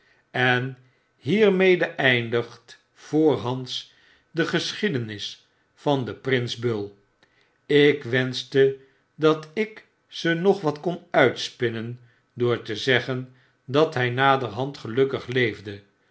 en hiermede eindigt voorshands de geschiedenis van prins bull ik wenschtedatik zenog wat kon uitspinnen door te zeggen dat hy naderhand gelukkig leefde